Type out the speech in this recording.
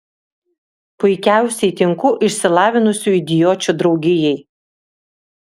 puikiausiai tinku išsilavinusių idiočių draugijai